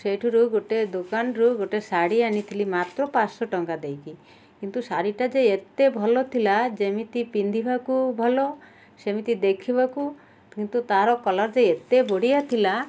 ସେଇଠାରୁ ଗୋଟେ ଦୋକାନରୁ ଗୋଟେ ଶାଢ଼ୀ ଆଣିଥିଲି ମାତ୍ର ପାଞ୍ଚଶହ ଟଙ୍କା ଦେଇକି କିନ୍ତୁ ଶାଢ଼ୀଟା ଯେ ଏତେ ଭଲଥିଲା ଯେମିତି ପିନ୍ଧିବାକୁ ଭଲ ସେମିତି ଦେଖିବାକୁ କିନ୍ତୁ ତାର କଲର୍ ଯେ ଏତେ ବଢ଼ିଆ ଥିଲା